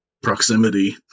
Proximity